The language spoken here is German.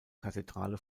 kathedrale